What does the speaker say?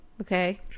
Okay